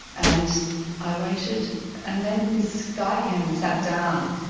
and i waited and then this guy came and sat down,